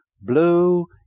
Blue